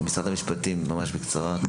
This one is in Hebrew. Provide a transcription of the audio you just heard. משרד המשפטים, ממש בקצרה.